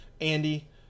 Andy